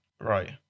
Right